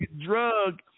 drug